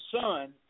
son